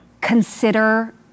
Consider